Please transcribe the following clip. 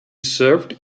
served